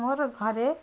ମୋର ଘରେ